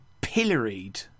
pilloried